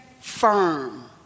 firm